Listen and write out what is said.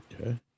Okay